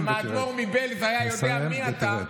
אם האדמו"ר מבעלז היה יודע מי אתה,